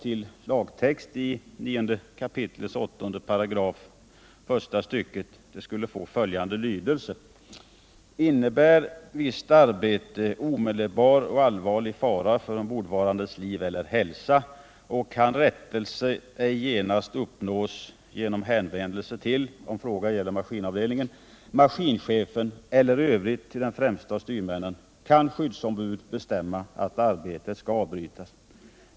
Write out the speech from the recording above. "Innebär visst arbete omedelbar och allvarlig fara för ombordvarandes liv eller hälsa och kan rättelse genast uppnås genom hänvändelse till, om fråga gäller maskinavdelningen, maskinchefen eller i övrigt till den främste av styrmännen, kan skyddsombud bestämma att arbetet skall avbrytas.